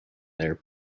their